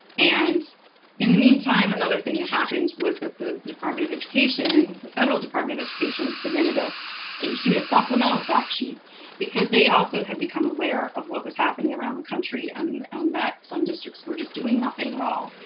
and in the meantime, another thing that happened was that the department of education the federal department of education, submitted ah issued a supplemental fact sheet because they also had become aware of what was happening around the country and and that some districts were just doing nothing at all.